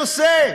זה מה שאני עושה.